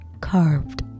carved